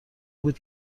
بود